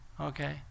okay